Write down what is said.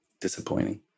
disappointing